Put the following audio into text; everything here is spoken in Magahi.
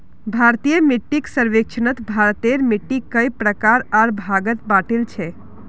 भारतीय मिट्टीक सर्वेक्षणत भारतेर मिट्टिक कई प्रकार आर भागत बांटील छे